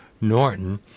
Norton